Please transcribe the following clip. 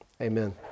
Amen